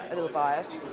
ah little biased.